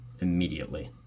immediately